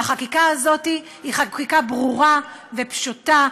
החקיקה הזאת היא חקיקה ברורה ופשוטה.